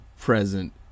present